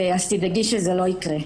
אז תדאגי שזה לא יקרה.